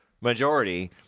majority